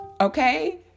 Okay